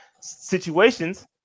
situations